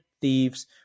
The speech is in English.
thieves